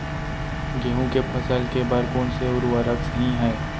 गेहूँ के फसल के बर कोन से उर्वरक सही है?